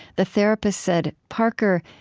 the therapist said parker,